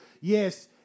Yes